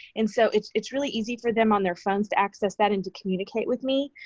and so, it's it's really easy for them on their phones to access that and to communicate with me.